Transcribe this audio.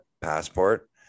passport